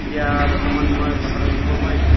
এতিয়া বৰ্তমান নহয় কথাটো দিব নোৱাৰিছোঁ